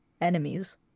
enemies